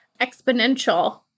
exponential